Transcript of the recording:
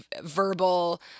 verbal